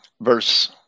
verse